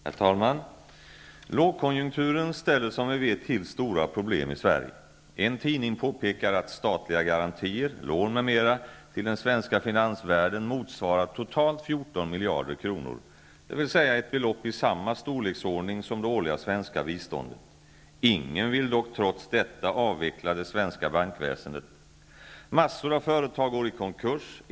Herr talman! Lågkonjunkturen ställer, som vi vet, till stora problem i Sverige. En tidning påpekar att statliga garantier, lån m.m. till den svenska finansvärlden motsvarar totalt 14 miljarder kronor, dvs. ett belopp i samma storleksordning som det årliga svenska biståndet. Ingen vill dock, trots detta, avveckla det svenska bankväsendet. Massor av företag går i konkurs.